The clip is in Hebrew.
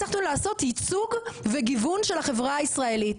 הצלחנו לעשות ייצוג וגיוון של החברה הישראלית.